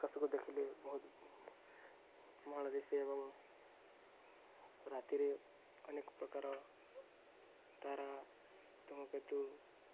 ଆକାଶକୁ ଦେଖିଲେ ବହୁତ ମହାଦେଶେ ଏବଂ ରାତିରେ ଅନେକ ପ୍ରକାର ତାରା ଧୁମକେତୁ